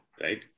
right